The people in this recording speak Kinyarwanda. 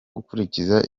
gukurikiza